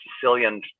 Sicilian